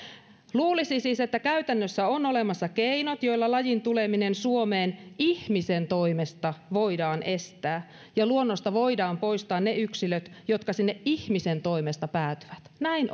luulisi siis että käytännössä on olemassa keinot joilla lajin tuleminen suomeen ihmisen toimesta voidaan estää ja luonnosta voidaan poistaa ne yksilöt jotka sinne ihmisen toimesta päätyvät näin